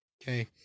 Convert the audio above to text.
Okay